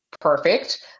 perfect